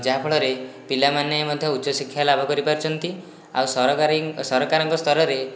ଯାହା ଫଳରେ ପିଲାମାନେ ମଧ୍ୟ ଉଚ୍ଚ ଶିକ୍ଷା ଲାଭ କରିପାରୁଛନ୍ତି ଆଉ ସରକାରୀ ସରକାରଙ୍କ ସ୍ଥରରେ